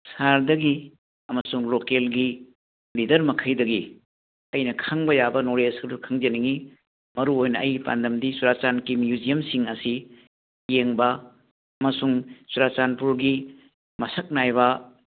ꯁꯥꯔꯗꯒꯤ ꯑꯃꯁꯨꯡ ꯂꯣꯀꯦꯜꯒꯤ ꯂꯤꯗꯔ ꯃꯈꯩꯗꯒꯤ ꯑꯩꯅ ꯈꯪꯕ ꯌꯥꯕ ꯅꯣꯂꯦꯖ ꯑꯗꯨ ꯈꯪꯖꯅꯤꯡꯏ ꯃꯔꯨ ꯑꯣꯏꯅ ꯑꯩꯒꯤ ꯄꯥꯟꯗꯝꯗꯤ ꯆꯨꯔꯥꯆꯥꯟꯄꯨꯔꯒꯤ ꯃꯤꯎꯖꯤꯌꯝꯁꯤꯡ ꯑꯁꯤ ꯌꯦꯡꯕ ꯑꯃꯁꯨꯡ ꯆꯨꯔꯆꯥꯟꯄꯨꯔꯒꯤ ꯃꯁꯛ ꯅꯥꯏꯕ